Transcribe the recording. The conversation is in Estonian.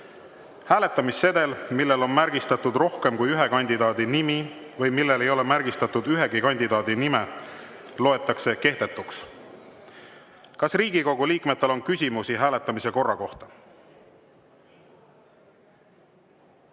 Hääletamissedel, millel on märgistatud rohkem kui ühe kandidaadi nimi või millel ei ole märgistatud ühegi kandidaadi nime, loetakse kehtetuks. Kas Riigikogu liikmetel on küsimusi hääletamise korra kohta?